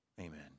Amen